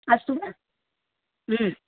अस्तु वा